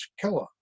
killer